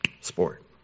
sport